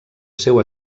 seu